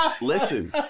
listen